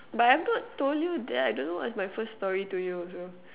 but I have not told you that I don't know what is my first story to you also